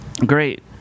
Great